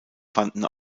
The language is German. fanden